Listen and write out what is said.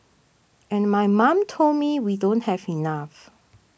and my mom told me we don't have enough